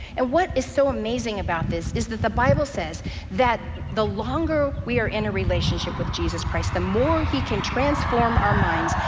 and what is so amazing about this is that the bible says that the longer we are in a relationship with jesus christ, the more he can transform our minds,